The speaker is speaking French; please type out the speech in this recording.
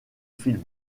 film